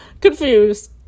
confused